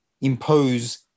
impose